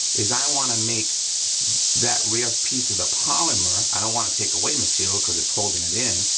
is i wanna make that rear piece of the polymer, i don't wanna take away material, cause it's holding it in,